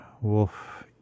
wolf